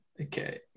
okay